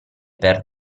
per